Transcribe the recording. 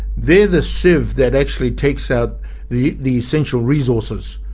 they're the sieve that actually takes out the the essential resources.